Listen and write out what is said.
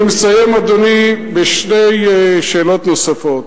אני אסיים, אדוני, בשתי שאלות נוספות.